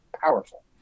powerful